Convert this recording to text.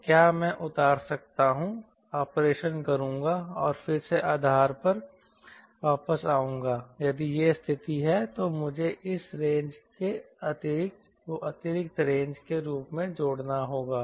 तो क्या मैं उतार सकता हूं ऑपरेशन करूंगा और फिर से आधार पर वापस आऊंगा यदि यह स्थिति है तो मुझे इस रेंज को अतिरिक्त रेंज के रूप में जोड़ना होगा